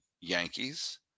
Yankees